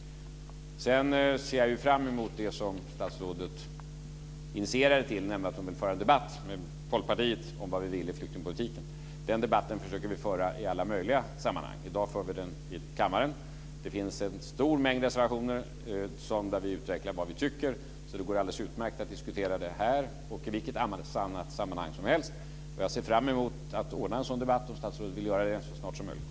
Sedan ser jag fram emot det som statsrådet initierade, nämligen att föra en debatt med Folkpartiet om vad vi vill i flyktingpolitiken. Den debatten försöker vi att föra i alla möjliga sammanhang. I dag för vi den i kammaren. Det finns en stor mängd reservationer där vi utvecklar vad vi tycker, så det går alldeles utmärkt att diskutera det här och i vilket annat sammanhang som helst. Jag ser fram emot att en sådan debatt ordnas, om statsrådet vill göra det, så snart som möjligt.